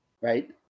right